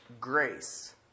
grace